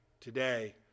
today